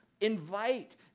invite